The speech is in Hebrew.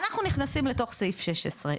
אנחנו נכנסים לתוך סעיף 16,